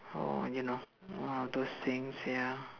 or you know all those things ya